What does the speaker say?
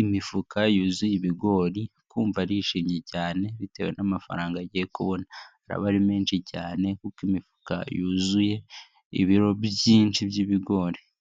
imifuka yuzuye ibigori akumva arishimye cyane, bitewe n'amafaranga agiye kubona, araba ari menshi cyane, kuko imifuka yuzuye ibiro byinshi by'ibigori.